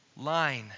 line